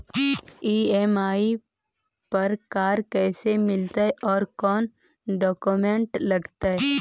EMI पर car कैसे मिलतै औ कोन डाउकमेंट लगतै?